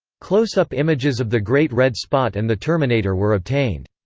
close-up images of the great red spot and the terminator were obtained.